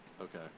okay